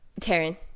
Taryn